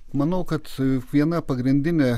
manau kad su viena pagrindinė